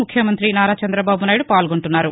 ముఖ్యమంతి నారా చంద్రబాబు నాయుడు పాల్గొంటున్నారు